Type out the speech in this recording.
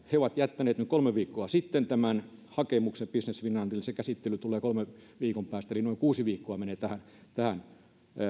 he ovat jättäneet kolme viikkoa sitten tämän hakemuksen business finlandille ja se käsittely tulee kolmen viikon päästä eli noin kuusi viikkoa menee tähän tähän